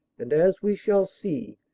and, as we shall see,